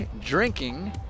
drinking